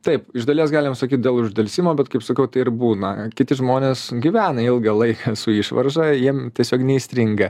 taip iš dalies galim sakyt dėl uždelsimo bet kaip sakau tai ir būna kiti žmonės gyvena ilgą laiką su išvarža jiem tiesiog neįstringa